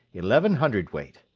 eleven hundredweight.